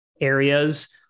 areas